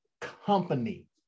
Company